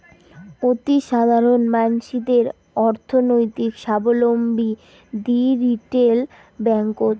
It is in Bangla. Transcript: অতিসাধারণ মানসিদের অর্থনৈতিক সাবলম্বী দিই রিটেল ব্যাঙ্ককোত